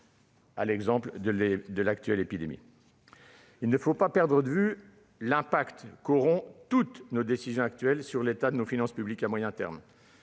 l'épidémie actuelle. Il ne faut pas perdre de vue l'impact qu'auront toutes nos décisions actuelles sur l'état de nos finances publiques à moyen terme.